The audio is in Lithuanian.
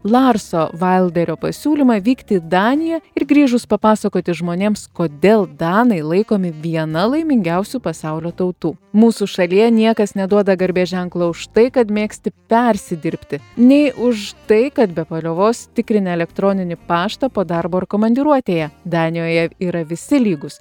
larso vailderio pasiūlymą vykti į daniją ir grįžus papasakoti žmonėms kodėl danai laikomi viena laimingiausių pasaulio tautų mūsų šalyje niekas neduoda garbės ženklo už tai kad mėgsti persidirbti nei už tai kad be paliovos tikrini elektroninį paštą po darbo ar komandiruotėje danijoje yra visi lygūs